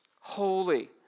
holy